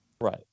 Right